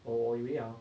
我我以为 ah